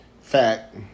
Fact